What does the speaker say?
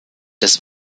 des